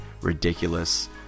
ridiculous